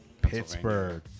pittsburgh